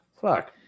fuck